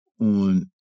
on